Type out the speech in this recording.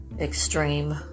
extreme